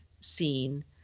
seen